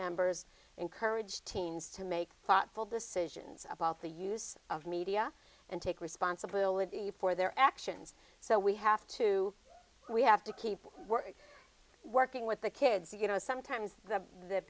members encourage teens to make thoughtful decisions about the use of media and take responsibility for their actions so we have to we have to keep we're working with the kids you know sometimes th